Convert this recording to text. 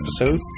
episode